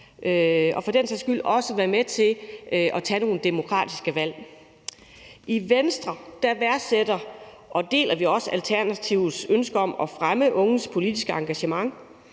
og for den sags skyld også være med til at tage nogle demokratiske valg. I Venstre værdsætter og deler vi også Alternativets ønske om at fremme unges politiske engagement.